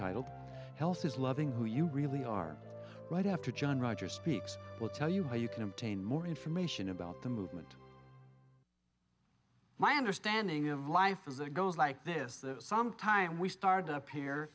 titled health is loving who you really are right after john rogers speaks we'll tell you how you can obtain more information about the movement my understanding of life as it goes like this some time we started